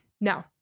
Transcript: no